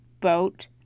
boat